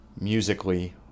Musically